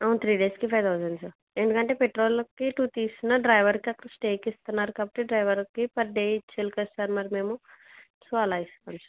three డేస్కి five thousand sir ఎందుకంటే పెట్రోల్కి టు తీసేసిన డ్రైవర్కి అక్కడ స్టేకి ఇస్తున్నారు కాబట్టి డ్రైవర్కి పర్ డే ఇచ్చేయాలి కదా సార్ మరి మేము సో అలా ఇస్తాం సార్